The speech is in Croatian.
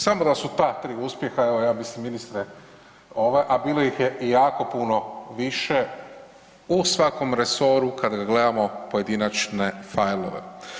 Samo da su ta tri uspjeha, evo ja bih ministre, a bilo ih je i jako puno više u svakom resoru kada gledamo pojedinačne filove.